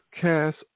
cast